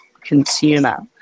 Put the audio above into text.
consumer